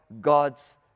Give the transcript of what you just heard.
God's